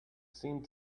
seemed